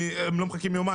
הם לא מחכים יומיים.